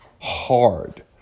hard